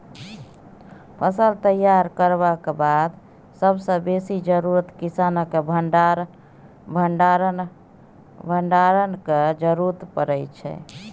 फसल तैयार करबाक बाद सबसँ बेसी जरुरत किसानकेँ भंडारणक जरुरत परै छै